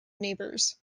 neighbors